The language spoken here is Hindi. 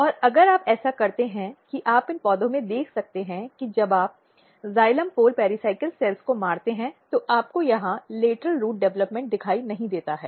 और अगर आप ऐसा करते हैं कि आप इन पौधों में देख सकते हैं कि जब आप जाइलम ध्रुव पेराइकल कोशिकाओं को मारते हैं तो आपको यहां लेटरल रूट विकास दिखाई नहीं देता है